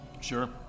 Sure